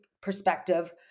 perspective